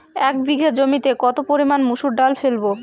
এক বিঘে জমিতে কত পরিমান মুসুর ডাল ফেলবো?